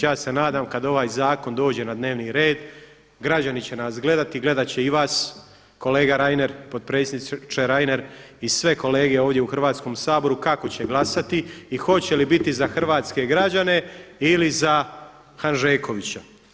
Ja se nadam kada ovaj zakon dođe na dnevni red, građani će nas gledati, gledati će i vas kolega Reiner, potpredsjedniče Reiner i sve kolege ovdje u Hrvatskom saboru kako će glasati i hoće li biti za hrvatske građane ili za Hanžekovića.